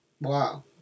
Wow